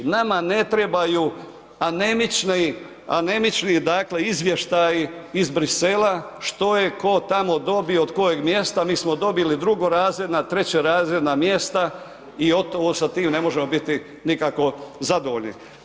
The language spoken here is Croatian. Nama ne trebaju anemični dakle izvještaji iz Bruxellesa što je tko tamo dobio od kojeg mjesta, mi smo dobili drugorazredna, trećerazredna mjesta i sa tim ne možemo biti nikako zadovoljni.